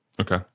Okay